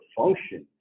function